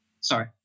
Sorry